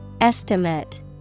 Estimate